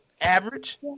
average